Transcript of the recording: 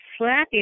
slappy